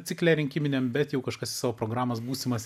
cikle rinkiminiam bet jau kažkas į savo programas būsimas